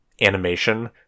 animation